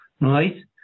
right